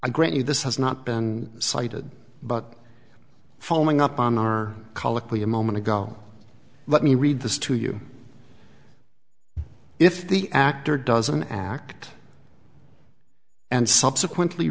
i grant you this has not been cited but following up on our colloquy a moment ago let me read this to you if the actor doesn't act and subsequently